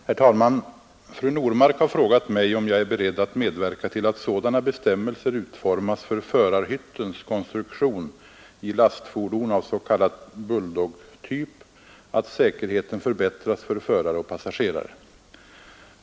Herr talman! Fru Normark har frågat mig om jag är beredd att medverka till att sådana bestämmelser utformas för förarhyttens konstruktion i lastfordon av s.k. bulldoggtyp att säkerheten förbättras för förare och passagerare.